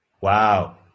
Wow